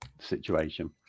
situation